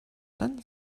dann